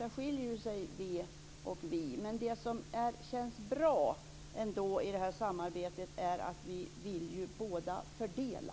Men det som ändå känns bra i det här samarbetet är att vi båda ju vill fördela.